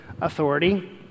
authority